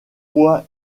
poids